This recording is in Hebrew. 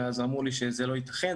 ואז אמרו לי שזה לא יתכן,